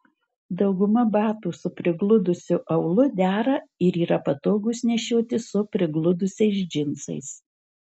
dauguma batų su prigludusiu aulu dera ir yra patogūs nešioti su prigludusiais džinsais